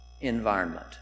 environment